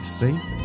safe